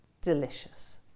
delicious